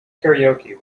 karaoke